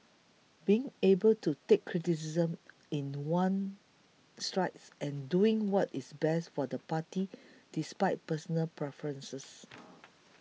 being able to take criticism in one's strides and doing what is best for the party despite personal preferences